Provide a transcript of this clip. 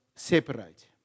Separate